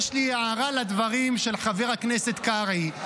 יש לי הערה לדברים של חבר הכנסת קרעי.